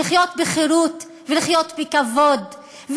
לחיות בחירות ולחיות בכבוד,